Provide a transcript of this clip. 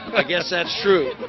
i guess that's true.